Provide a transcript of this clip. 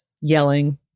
yelling